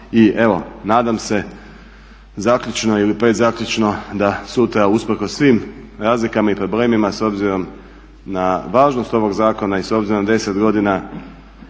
i evo nadam se zaključno ili predzaključno da sutra usprkos svim razlikama i problemima s obzirom na važnost ovog zakona i s obzirom na 10 godina